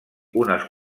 unes